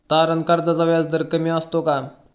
तारण कर्जाचा व्याजदर कमी असतो का?